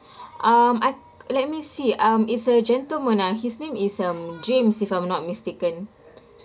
um I let me see um it's a gentleman uh his name is um james if I'm not mistaken